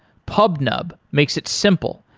pubnub makes it simple,